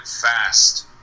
fast